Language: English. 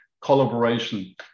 collaboration